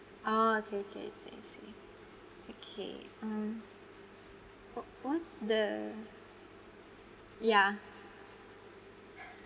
ah okay okay I see I see okay mm wha~ what's the yeah